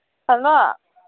hello